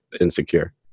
insecure